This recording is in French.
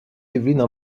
yvelines